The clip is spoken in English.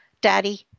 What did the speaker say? Daddy